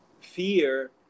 fear